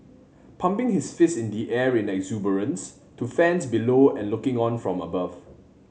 pumping his fist in the air in exuberance to fans below and looking on from above